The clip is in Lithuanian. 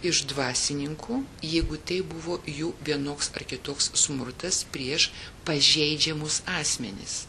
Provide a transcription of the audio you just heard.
iš dvasininkų jeigu tai buvo jų vienoks ar kitoks smurtas prieš pažeidžiamus asmenis